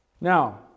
Now